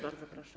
Bardzo proszę.